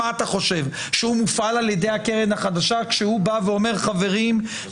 מה אתה חושב שהוא מופעל על ידי הקרן החדשה כשהוא בא ואומר חברים,